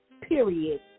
period